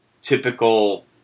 typical